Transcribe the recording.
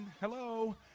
Hello